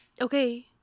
okay